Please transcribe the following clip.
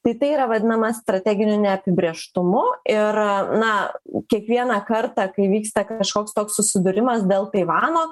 tai tai yra vadinama strateginiu neapibrėžtumu ir na kiekvieną kartą kai vyksta kažkoks toks susidūrimas dėl taivano